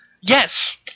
Yes